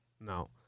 No